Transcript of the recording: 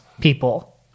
people